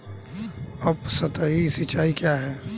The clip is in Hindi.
उपसतही सिंचाई क्या है?